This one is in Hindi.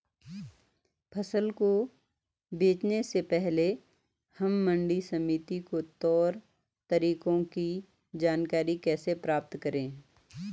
फसल को बेचने से पहले हम मंडी समिति के तौर तरीकों की जानकारी कैसे प्राप्त करें?